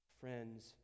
Friends